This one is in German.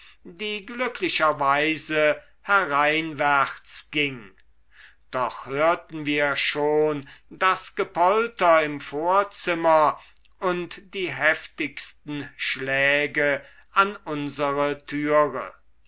die glücklicherweise hereinwärts ging doch hörten wir schon das gepolter im vorzimmer und die heftigsten schläge an unsere türe